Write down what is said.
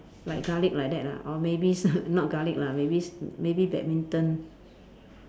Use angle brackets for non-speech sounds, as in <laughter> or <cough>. like garlic like that lah or maybe s~ <laughs> not garlic lah maybe s~ maybe badminton